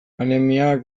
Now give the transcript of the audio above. anemiak